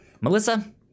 melissa